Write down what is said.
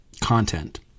content